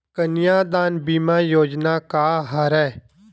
कन्यादान बीमा योजना का हरय?